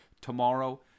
tomorrow